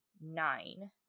nine